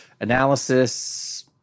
Analysis